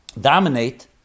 dominate